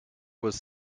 was